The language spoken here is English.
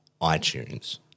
iTunes